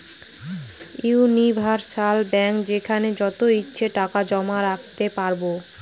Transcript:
universal bank যেখানে যত ইচ্ছে টাকা জমা রাখতে পারবো